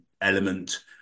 element